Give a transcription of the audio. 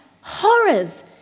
Horrors